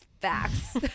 facts